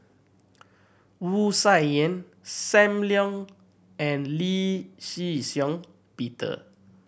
Wu Tsai Yen Sam Leong and Lee Shih Shiong Peter